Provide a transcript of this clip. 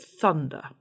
thunder